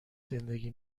زندگی